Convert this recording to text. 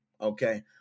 Okay